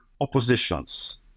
oppositions